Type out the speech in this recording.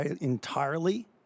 entirely